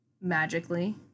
magically